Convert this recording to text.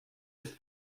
ist